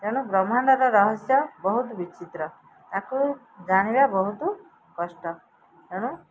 ତେଣୁ ବ୍ରହ୍ମାଣ୍ଡର ରହସ୍ୟ ବହୁତ ବିଚିତ୍ର ତାକୁ ଜାଣିବା ବହୁତ କଷ୍ଟ ତେଣୁ